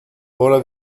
ora